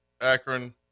Akron